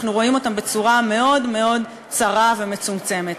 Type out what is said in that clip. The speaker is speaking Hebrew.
אנחנו רואים אותם בצורה מאוד מאוד צרה ומצומצמת.